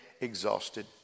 exhausted